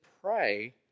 pray